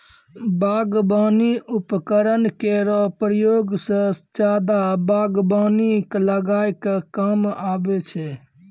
बागबानी उपकरन केरो प्रयोग सें जादा बागबानी लगाय क काम आबै छै